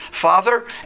Father